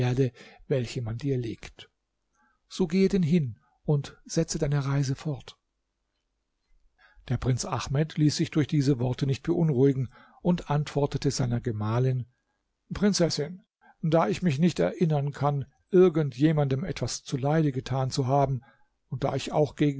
welche man dir legt so gehe denn hin und setze deine reise fort der prinz ahmed ließ sich durch diese worte nicht beunruhigen und antwortete seiner gemahlin prinzessin da ich mich nicht erinneren kann irgend jemandem etwas zuleide getan zu haben und da ich auch